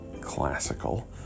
classical